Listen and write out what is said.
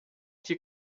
que